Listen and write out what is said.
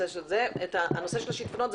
הנושא של השיטפונות,